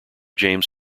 james